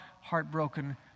heartbroken